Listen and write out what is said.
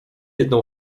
jedną